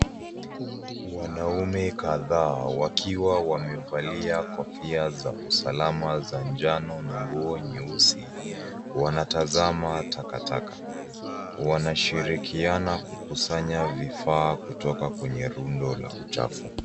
Wanaume kadhaa wakiwa wamevalia kofia za usalama za njano na nguo nyeusi, wanatazama takataka. Wanashirikiana kukusanya vifaa kutoka kwenye rundo la uchafu.